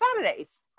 Saturdays